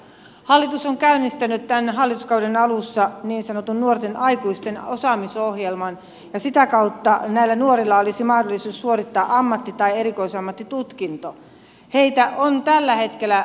hallitus on käynnistänyt tämän hallituskauden alussa niin sanotun nuorten aikuisten osaamisohjelman ja sitä kautta näillä nuorilla olisi mahdollisuus suorittaa ammatti tai erikoisammattitutkinto ei tää on tällä hetkellä